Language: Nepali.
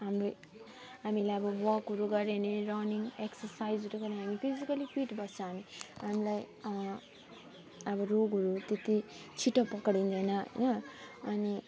हामी हामीलाई अब वकहरू गऱ्यो भने रनिङ एक्सर्साइज गऱ्यो हामी फिजिकली फिट बस्छ हामी हामीलाई अब रोगहरू त्यति छिटो पक्रिँदैन होइन अनि